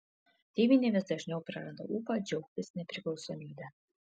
tėvynė vis dažniau praranda ūpą džiaugtis nepriklausomybe